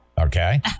Okay